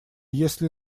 если